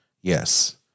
Yes